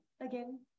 Again